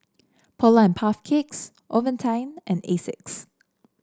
Polar and Puff Cakes Ovaltine and Asics